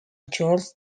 george